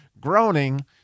groaning